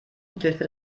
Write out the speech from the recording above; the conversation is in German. mithilfe